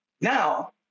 Now